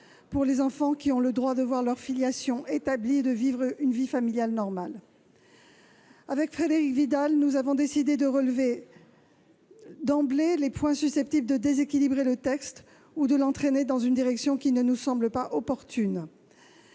pour des enfants qui ont le droit de voir leur filiation établie et de vivre une vie familiale normale. Frédérique Vidal et moi-même avons décidé de relever d'emblée les points susceptibles de déséquilibrer le texte ou de l'entraîner dans une direction qui ne nous semble pas opportune.